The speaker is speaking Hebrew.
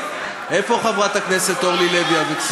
איפה חברת הכנסת אורלי לוי אבקסיס?